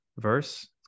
Verse